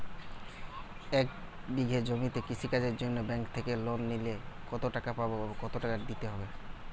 এক বিঘে জমিতে কৃষি কাজের জন্য ব্যাঙ্কের থেকে লোন নিলে কত টাকা পাবো ও কত শুধু দিতে হবে?